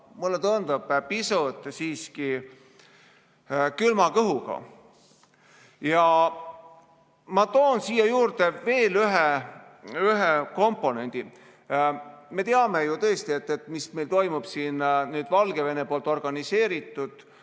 mulle tundub, siiski pisut külma kõhuga. Ma toon siia juurde veel ühe komponendi. Me teame ju tõesti, mis meil toimub nüüd Valgevene poolt organiseeritult,